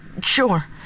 sure